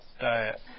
Diet